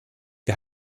wir